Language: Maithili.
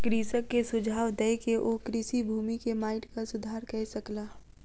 कृषक के सुझाव दय के ओ कृषि भूमि के माइटक सुधार कय सकला